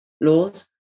laws